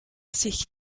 sich